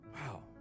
Wow